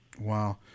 wow